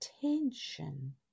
tension